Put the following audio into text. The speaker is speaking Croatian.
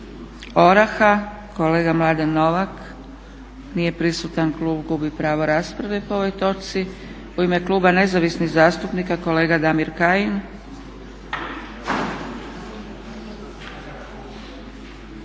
ORAH-a kolega Mladen Novak. Nije prisutan. Klub gubi pravo rasprave po ovoj točci. U ime kluba Nezavisnih zastupnika kolega Damir Kajin.